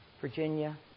Virginia